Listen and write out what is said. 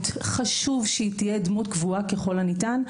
חשוב שהיא תהיה דמות קבועה ככל הניתן,